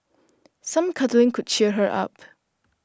some cuddling could cheer her up